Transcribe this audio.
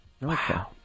Wow